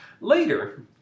Later